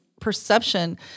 perception